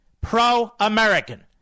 Pro-American